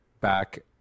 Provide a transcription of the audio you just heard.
back